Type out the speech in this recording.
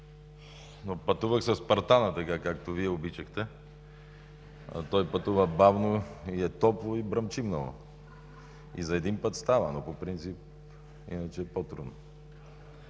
Но пътувах със „Спартана“, както Вие обичахте, а той пътува бавно и е топло, и бръмчи много – за един път става, но по принцип иначе е по-трудно,